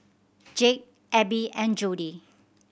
Jake Abbey and Jody